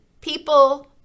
people